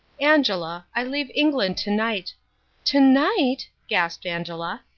angela, i leave england to-night to-night! gasped angela.